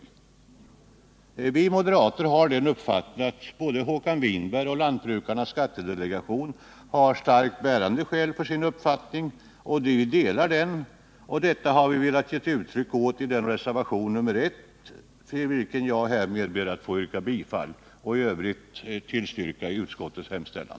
Vi moderater har den uppfattningen att både Håkan Winberg och lantbrukarnas skattedelegation har starkt bärande skäl för sin uppfattning. Vi delar denna uppfattning och har velat ge uttryck åt den i reservationen 1 till vilken jag härmed ber att få yrka bifall. I övrigt yrkar jag bifall till utskottets hemställan.